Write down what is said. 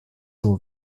nur